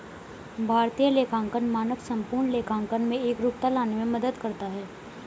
भारतीय लेखांकन मानक संपूर्ण लेखांकन में एकरूपता लाने में मदद करता है